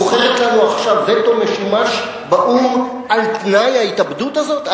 מוכרת לנו עכשיו וטו משומש באו"ם על תנאי ההתאבדות הזאת?